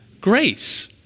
Grace